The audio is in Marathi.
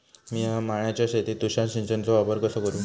मिया माळ्याच्या शेतीत तुषार सिंचनचो वापर कसो करू?